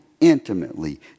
Intimately